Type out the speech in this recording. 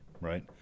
right